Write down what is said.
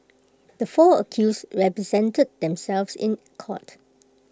the four accused represented themselves in court